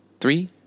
three